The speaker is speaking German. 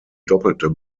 doppelte